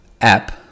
app